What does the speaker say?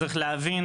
צריך להבין